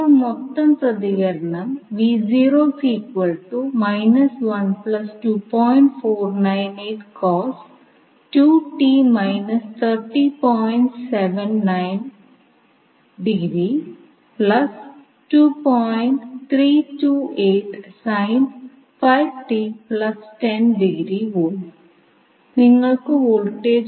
അടുത്തതായി മെഷ് വിശകലന ആശയം നമ്മൾ എങ്ങനെ ഉപയോഗപ്പെടുത്തുമെന്ന് നമുക്ക് നോക്കാം